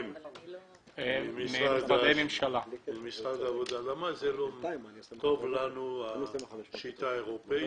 משרד העבודה, למה לא טובה לנו השיטה האירופאית?